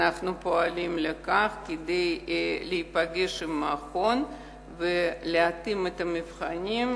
אנחנו פועלים להיפגש עם המכון ולהתאים את המבחנים,